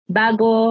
bago